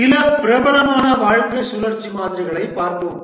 சில பிரபலமான வாழ்க்கை சுழற்சி மாதிரிகளைப் பார்ப்போம்